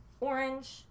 Orange